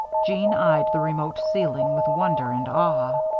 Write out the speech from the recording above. jeanne eyed the remote ceiling with wonder and awe.